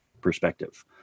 perspective